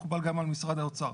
מקובל גם על משרד האוצר,